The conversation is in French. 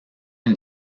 une